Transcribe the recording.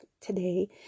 today